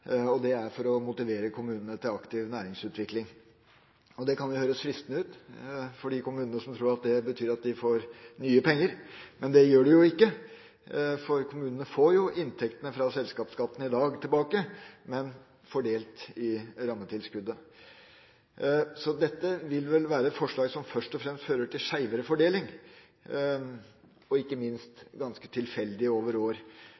det. Høyre vil tilbakeføre selskapsskatten til kommunene for å motivere kommunene til aktiv næringsutvikling. Det kan jo høres fristende ut for de kommunene som tror at det betyr at de får nye penger. Men det gjør de jo ikke, for kommune får jo i dag inntektene fra selskapsskatten tilbake, men fordelt i rammetilskuddet. Så dette vil vel være et forslag som først og fremst fører til skjevere fordeling, og ikke minst ganske tilfeldig over år.